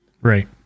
Right